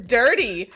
dirty